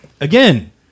again